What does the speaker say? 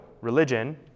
religion